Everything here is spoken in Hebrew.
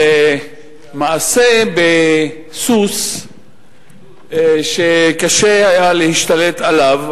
מעשה בסוס שקשה היה להשתלט עליו,